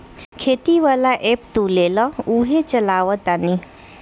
खेती वाला ऐप तू लेबऽ उहे चलावऽ तानी